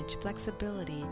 flexibility